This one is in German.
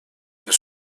bis